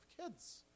kids